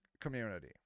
community